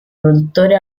produttore